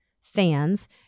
fans